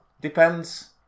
depends